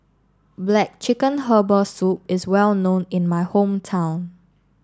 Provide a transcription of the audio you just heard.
Black Chicken Herbal Soup is well known in my hometown